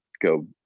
go